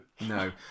No